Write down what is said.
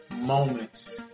moments